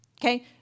Okay